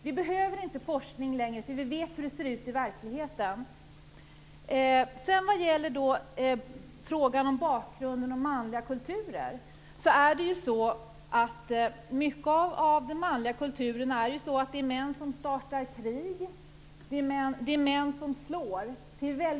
Vi behöver inte forskning längre, för vi vet hur det ser ut i verkligheten. Vad gäller frågan om bakgrunden till manliga kulturer är det män som startar krig och män som slår.